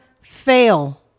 Fail